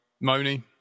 Moni